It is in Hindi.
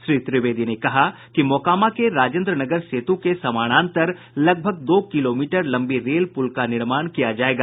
श्री त्रिवेदी ने कहा कि मोकामा के राजेन्द्र नगर सेतु के समानांतर लगभग दो किलोमीटर लंबी रेल पुल का निर्माण किया जायेगा